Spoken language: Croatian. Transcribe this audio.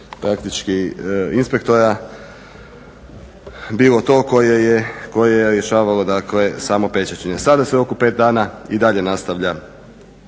praktički inspektora bilo to koje je rješavalo dakle samo pečaćenje. Sada se u roku od pet dana i dalje nastavlja